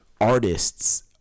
artists